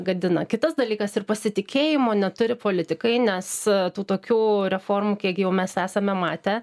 gadina kitas dalykas ir pasitikėjimo neturi politikai nes tų tokių reformų kiekgi jau mes esame matę